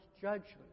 judgment